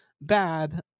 bad